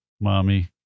mommy